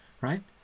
right